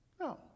No